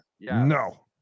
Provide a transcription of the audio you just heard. No